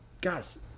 Guys